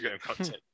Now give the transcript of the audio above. content